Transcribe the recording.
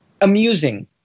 amusing